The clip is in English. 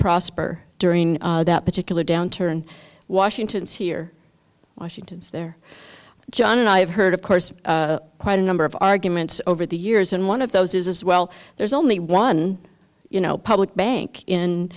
prosper during that particular downturn washington's here washington's there john and i have heard of course quite a number of arguments over the years and one of those is as well there's only one you know public bank in